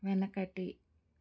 వెనకటి